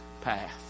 path